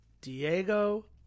Diego